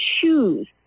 choose